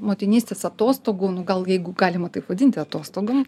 motinystės atostogų nu gal jeigu galima taip vadinti atostogom